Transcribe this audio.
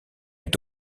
est